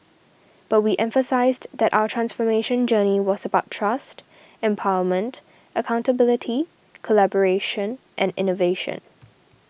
but we emphasised that our transformation journey was about trust empowerment accountability collaboration and innovation